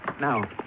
Now